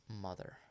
mother